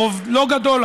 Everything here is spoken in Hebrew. ברוב לא גדול,